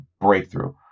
breakthrough